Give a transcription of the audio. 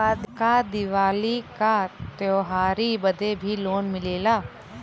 का दिवाली का त्योहारी बदे भी लोन मिलेला?